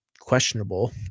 questionable